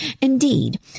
Indeed